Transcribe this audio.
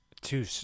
Two